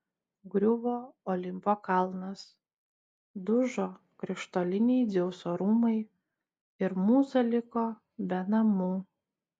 griuvo olimpo kalnas dužo krištoliniai dzeuso rūmai ir mūza liko be namų